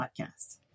Podcast